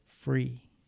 free